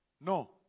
No